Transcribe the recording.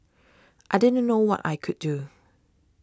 I didn't know what I could do